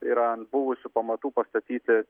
yra ant buvusių pamatų pastatyti